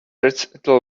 recital